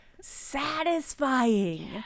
satisfying